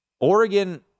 Oregon